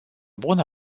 bună